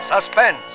Suspense